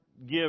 give